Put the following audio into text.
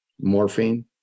morphine